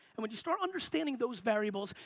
and when you start understanding those variables,